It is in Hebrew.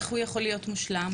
איך הוא יכול להיות מושלם?